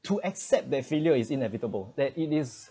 to accept that failure is inevitable that it is